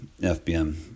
FBM